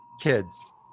Kids